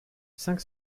cinq